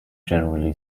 generally